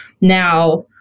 now